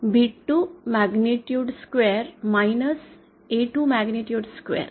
B2 magnitude square A2 magnitude square